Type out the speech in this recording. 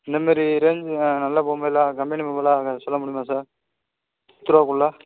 இந்தமாரி ரேஞ்சு ஆ நல்ல கம்பெனி மொபைலாக சொல்ல முடியுமா சார் பத்துரூவாக்குள்ள